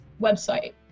website